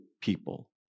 people